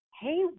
Hey